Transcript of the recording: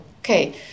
okay